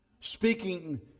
speaking